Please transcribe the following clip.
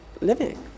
living